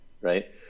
right